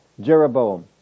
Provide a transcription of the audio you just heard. Jeroboam